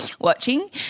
watching